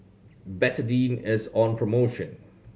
Betadine is on promotion